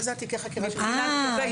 אלו תיקי החקירה --- 1,432.